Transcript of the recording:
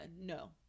no